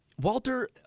Walter